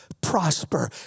prosper